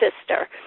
sister